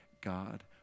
God